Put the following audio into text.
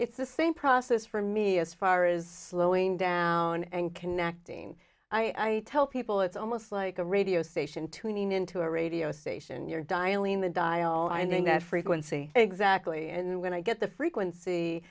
it's the same process for me as far as slowing down and connecting i tell people it's almost like a radio station tuning into a radio station you're dialing the dial and then that frequency exactly and when i get the frequency